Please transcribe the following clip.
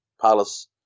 palace